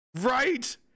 Right